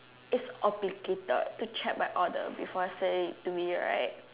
is obligated to check my order before sending it to me right